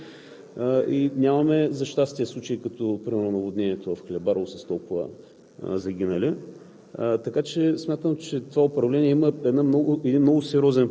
Тази политика започна сега в този мандат с ремонта на Закона за водите. За щастие, нямаме случаи като примерно наводнението в Хлебарово с толкова загинали.